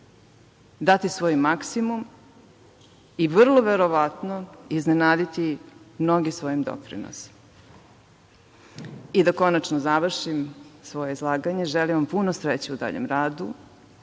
dati svoj maksimum i vrlo verovatno, iznenaditi mnoge svojim doprinosima. Konačno, da završim svoje izlaganje, želim vam puno sreće u daljem radu.